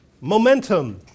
momentum